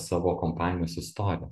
savo kompanijos istorija